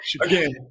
again